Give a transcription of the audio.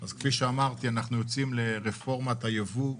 אנחנו יוצאים לרפורמת ייבוא,